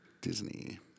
Disney